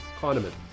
condiment